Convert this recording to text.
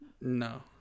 No